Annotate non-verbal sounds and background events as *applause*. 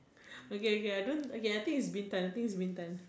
*breath* okay okay I don't okay I think is Bintan I think is Bintan